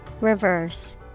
Reverse